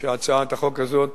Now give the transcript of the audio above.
שהצעת החוק הזאת